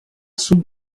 sud